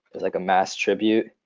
as like a mass tribute,